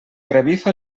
revifa